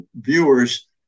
viewers